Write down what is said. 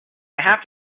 have